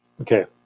Okay